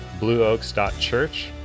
blueoaks.church